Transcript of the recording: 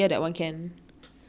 pierce ear that [one] I not scared